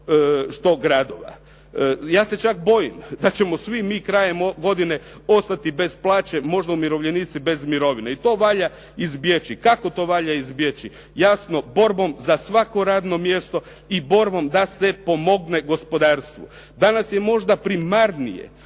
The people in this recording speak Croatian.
što gradova. Ja se čak bojim da ćemo svi mi krajem godine ostati bez plaće, možda umirovljenici bez mirovine. I to valja izbjeći. Kako to valja izbjeći? Jasno borbom za svako radno mjesto i borbom da se pomogne gospodarstvu. Danas je možda primarnije